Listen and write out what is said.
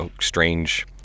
strange